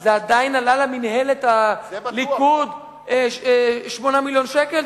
זה עדיין עלה למינהלת הליכוד 8 מיליון שקל,